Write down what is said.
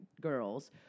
girls